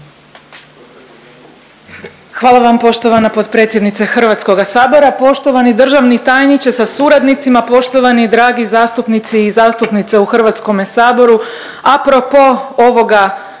Hvala vam poštovana potpredsjednice Hrvatskoga sabora. Poštovani državni tajniče sa suradnicima, poštovani i dragi zastupnici i zastupnice u Hrvatskome saboru, a pro po ovog